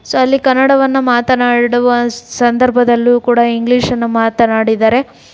so ಅಲ್ಲಿ ಕನ್ನಡವನ್ನು ಮಾತನಾಡುವ ಸಂದರ್ಭದಲ್ಲೂ ಕೂಡ ಇಂಗ್ಲೀಷನ್ನು ಮಾತನಾಡಿದರೆ